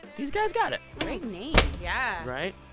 these guys got it great name yeah right?